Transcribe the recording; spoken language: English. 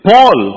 Paul